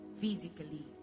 physically